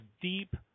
deep –